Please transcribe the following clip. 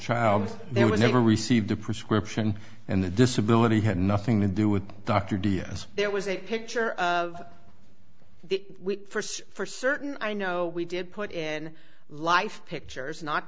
child they were never received the prescription and the disability had nothing to do with dr d s there was a picture of the first for certain i know we did put in life pictures not